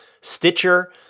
Stitcher